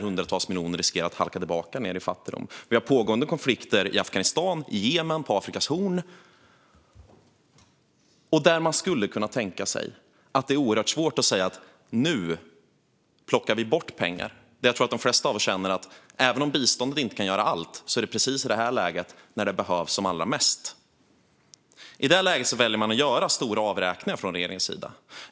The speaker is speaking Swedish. Hundratals miljoner riskerar att halka tillbaka ned i fattigdom. Vi har pågående konflikter i Afghanistan, i Jemen och på Afrikas horn. Man skulle kunna tänka sig att det är oerhört svårt att säga att vi nu ska plocka bort pengar. Jag tror att de flesta av oss känner att även om biståndet inte kan göra allt är det precis i det här läget det behövs som allra mest. I det läget väljer man att göra stora avräkningar från regeringens sida.